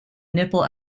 nipple